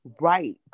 Right